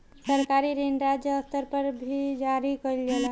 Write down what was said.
सरकारी ऋण राज्य स्तर पर भी जारी कईल जाला